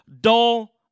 dull